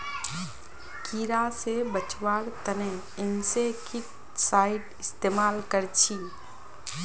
कीड़ा से बचावार तने इंसेक्टिसाइड इस्तेमाल कर छी